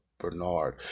Bernard